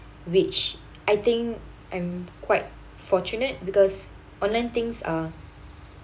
which I think I'm quite fortunate because online things are